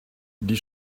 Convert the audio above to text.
die